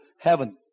heaven